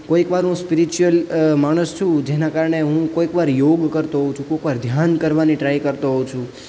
કોઈક વાર હું સ્પિરિચ્યુઅલ માણસ છું જેના કારણે હું કોઈક વાર યોગ કરતો હોઉં છું કોઈક વાર ધ્યાન કરવાની ટ્રાય કરતો હોઉં છું